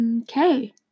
Okay